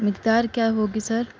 مقدار کیا ہوگی سر